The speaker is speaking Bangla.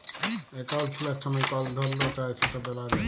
একাউল্ট খুলার ছময় কল ধরল চায় সেট ব্যলা যায়